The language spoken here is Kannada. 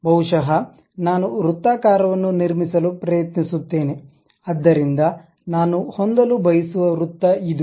ಬಹುಶಃ ನಾನು ವೃತ್ತಾಕಾರವನ್ನು ನಿರ್ಮಿಸಲು ಪ್ರಯತ್ನಿಸುತ್ತೇನೆ ಆದ್ದರಿಂದ ನಾನು ಹೊಂದಲು ಬಯಸುವ ವೃತ್ತ ಇದು